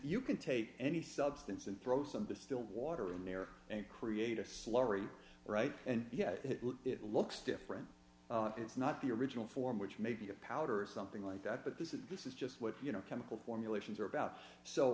you can take any substance and throw some distilled water in there and create a slurry right and it looks different it's not the original form which may be a powder or something like that but this is this is just what you know chemical formulations are about so